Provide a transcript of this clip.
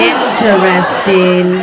Interesting